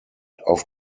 auf